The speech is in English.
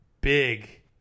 big